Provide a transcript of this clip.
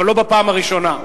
אבל לא בפעם הראשונה.